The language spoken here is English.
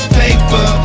paper